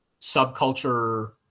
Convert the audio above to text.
subculture